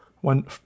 One-